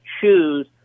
choose